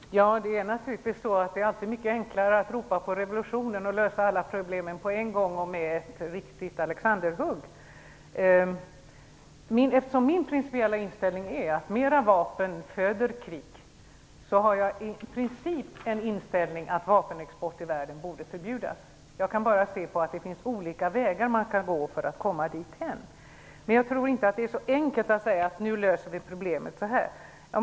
Herr talman! Det är naturligtvis alltid mycket enklare att ropa på revolution än att lösa alla problemen på en gång och med ett riktigt alexanderhugg. Eftersom det är min principiella inställning att mera vapen föder krig, har jag i princip inställningen att vapenexport i världen borde förbjudas. Jag kan bara se att det finns olika vägar att gå för att komma dithän. Men jag tror inte att det är så enkelt att man bara kan säga: Nu löser vi problemet så här.